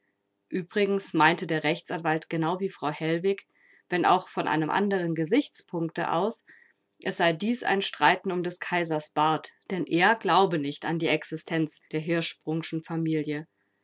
uebrigens meinte der rechtsanwalt genau wie frau hellwig wenn auch von einem anderen gesichtspunkte aus es sei dies ein streiten um des kaisers bart denn er glaube nicht an die existenz der hirschsprungschen familie